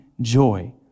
joy